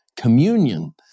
communion